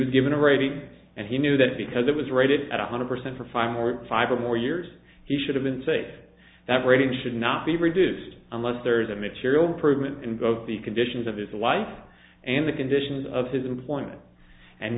was given a rating and he knew that because it was rated at one hundred percent for five or five or more years he should have been safe that rating should not be reduced unless there is a material proven in both the conditions of his life and the conditions of his employment and